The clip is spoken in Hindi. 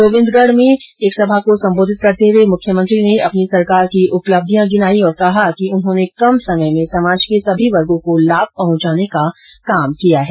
गोविंदगढ में एक जनसभा को संबोधित करते हुए मुख्यमंत्री ने अपनी सरकार की उपलब्धियां गिनाते हुए कहा कि उन्होंने कम समय में समाज के सभी वर्गो को लाभ पहुंचाने का काम किया है